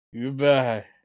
Goodbye